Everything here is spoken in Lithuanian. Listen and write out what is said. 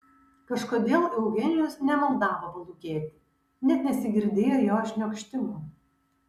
kažkodėl eugenijus nemaldavo palūkėti net nesigirdėjo jo šniokštimo